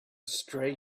stray